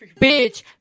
bitch